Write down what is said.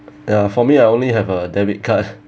ya for me I only have a debit card